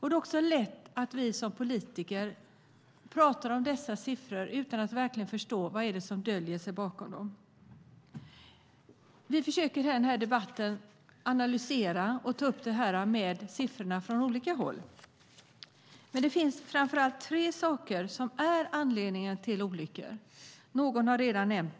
Det är lätt att vi politiker talar om dessa siffror utan att verkligen förstå vad det är som döljer sig bakom dem. I denna debatt försöker vi analysera och se siffrorna från olika håll. Det finns dock framför allt tre orsaker till olyckor, vilket någon redan har nämnt.